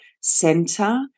center